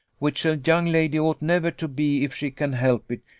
which a young lady ought never to be if she can help it,